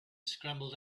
scrambled